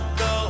go